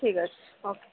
ঠিক আছে ওকে